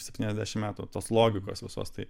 septyniasdešimt metų tos logikos visos tai